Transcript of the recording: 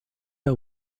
are